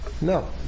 No